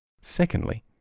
secondly